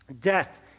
death